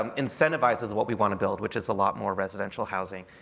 um incentivizes what we want to build, which is a lot more residential housing,